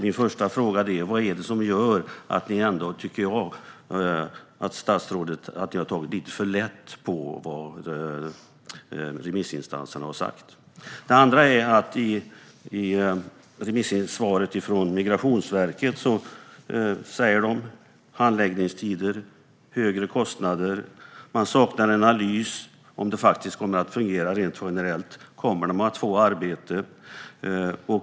Min första fråga är: Vad är det som gör att statsrådet, som jag ser det, har tagit lite för lätt på vad remissinstanserna har sagt? Min andra fråga handlar om svaret från Migrationsverket där de talar om handläggningstider, högre kostnader och att de saknar analys av om det faktiskt kommer att fungera rent generellt, till exempel om de här personerna kommer att få arbete efter studierna.